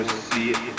see